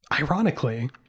Ironically